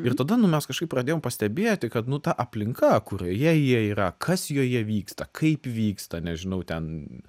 ir tada nu mes kažkaip pradėjom pastebėti kad nu ta aplinka kurioje jie yra kas joje vyksta kaip vyksta nežinau ten